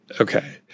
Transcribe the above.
Okay